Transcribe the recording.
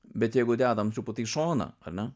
bet jeigu dedam truputį į šoną ane